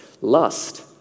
Lust